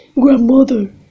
Grandmother